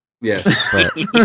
Yes